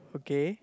okay